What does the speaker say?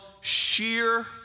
sheer